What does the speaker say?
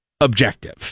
objective